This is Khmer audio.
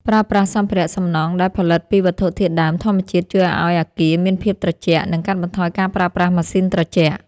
ប្រើប្រាស់សម្ភារៈសំណង់ដែលផលិតពីវត្ថុធាតុដើមធម្មជាតិជួយឱ្យអគារមានភាពត្រជាក់ និង កាត់បន្ថយការប្រើប្រាស់ម៉ាស៊ីនត្រជាក់។